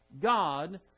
God